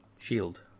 Shield